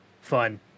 fun